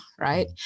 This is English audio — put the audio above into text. right